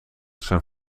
zijn